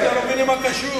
זאת הבעיה, שלא מבינים מה קשור.